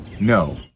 no